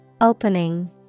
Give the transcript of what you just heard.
Opening